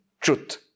Truth